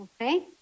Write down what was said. okay